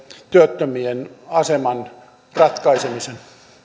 työttömien aseman ratkaisemisen